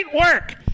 work